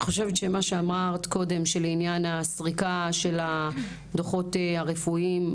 אני חושבת שמה שאמרת קודם לעניין הסריקה של הדוחות הרפואיים,